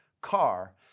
car